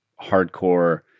hardcore